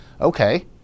okay